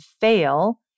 fail